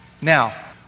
Now